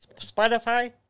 Spotify